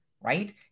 right